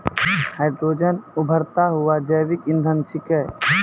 hydrogen उभरता हुआ जैविक इंधन छिकै